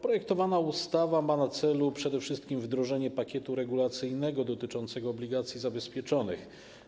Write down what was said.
Projektowana ustawa ma na celu przede wszystkim wdrożenie pakietu regulacyjnego dotyczącego obligacji zabezpieczonych.